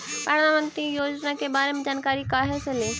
प्रधानमंत्री योजना के बारे मे जानकारी काहे से ली?